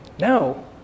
No